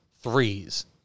threes